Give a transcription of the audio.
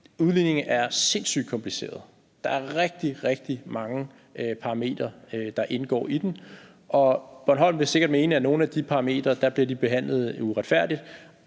Udligningen er sindssygt kompliceret; der er rigtig, rigtig mange parametre, der indgår i den. Bornholm vil sikkert mene, at de på nogle parametre bliver behandlet uretfærdigt,